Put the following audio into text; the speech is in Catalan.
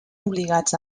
obligats